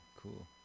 cool